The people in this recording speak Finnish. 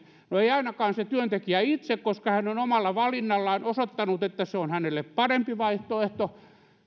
no ei ainakaan se työntekijä itse koska hän on omalla valinnallaan osoittanut että se on hänelle parempi vaihtoehto